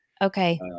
Okay